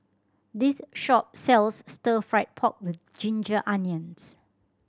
this shop sells Stir Fried Pork With Ginger Onions